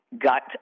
got